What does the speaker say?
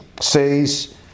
says